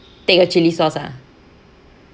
take a chilli sauce ah